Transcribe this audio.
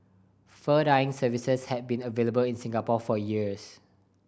fur dyeing services have been available in Singapore for years